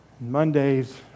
Mondays